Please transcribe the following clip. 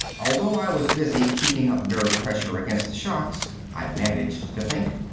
although i was busy keeping up nerve-pressure against the shocks, i managed to think.